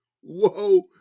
whoa